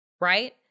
right